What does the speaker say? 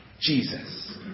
Jesus